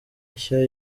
nshya